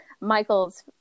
Michael's